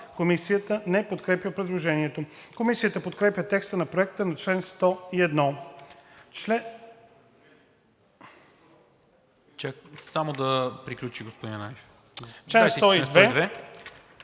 Комисията не подкрепя предложението. Комисията подкрепя текста на Проекта за чл. 101.